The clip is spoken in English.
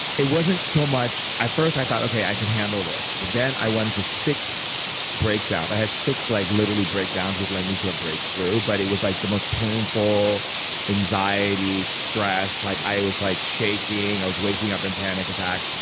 it wasn't so much. at first i thought, okay, i can handle this. but then i went into six breakdowns. i had six, like literally, breakdowns, which led me to a breakthrough, but it was like the most painful anxiety, anxiety, stress. like i i was like shaking. i was waking up in panic attacks.